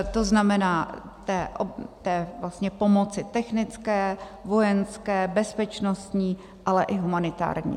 To znamená té vlastně pomoci technické, vojenské, bezpečnostní, ale i humanitární.